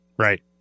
Right